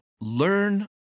learn